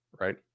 right